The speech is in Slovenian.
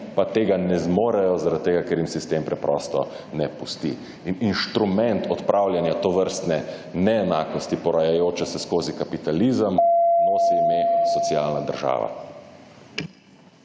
pa tega ne zmorejo zaradi tega, ker jim sistem preprosto ne pusti. Inštrument odpravljanja tovrstne neenakosti porajajoče se skozi kapitalizem, nosi ime socialna država.